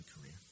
career